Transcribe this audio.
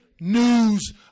news